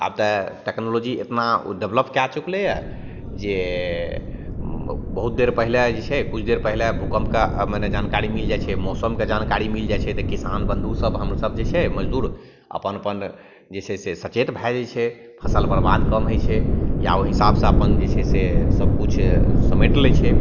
आब तऽ टेक्नोलॉजी एतना डेवलप कै चुकलै यऽ जे बहुत देर पहिले जे छै किछु देर पहले भूकम्पके मने जानकारी मिलि जाइ छै मौसमके जानकारी मिलि जाइ छै तऽ किसान बन्धुसभ हमसभ जे छै मजदूर अपन अपन जे छै से सचेत भए जाइ छै फसिल बरबाद कम होइ छै या ओहि हिसाबसे अपन जे छै से सबकिछु समेटि लै छै